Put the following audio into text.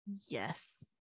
Yes